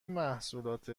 محصولات